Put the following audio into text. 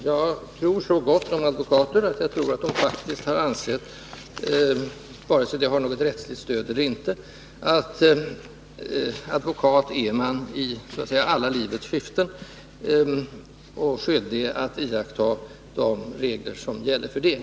Jag tror så gott om advokater att jag förmodar att de faktiskt — oberoende av om de har något rättsligt stöd eller inte — har ansett att man är advokat så att säga i alla livets skiften och har skyldighet att iaktta de regler som gäller för dem.